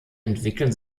entwickeln